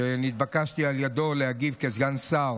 ונתבקשתי על ידו להגיב כסגן שר